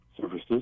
services